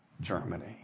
Germany